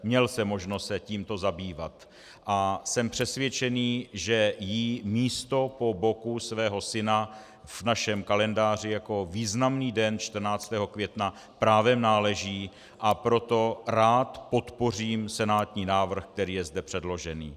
Měl jsem možnost se tímto zabývat a jsem přesvědčený, že jí místo po boku svého syna v našem kalendáři jako významný den 14. května právem náleží, a proto rád podpořím senátní návrh, který je zde předložený.